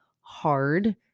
hard